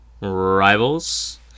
rivals